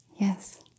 Yes